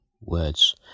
words